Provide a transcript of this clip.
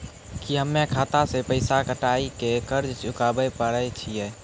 की हम्मय खाता से पैसा कटाई के कर्ज चुकाबै पारे छियै?